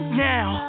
now